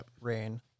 rain